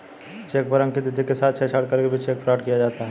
check पर अंकित तिथि के साथ छेड़छाड़ करके भी चेक फ्रॉड किया जाता है